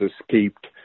escaped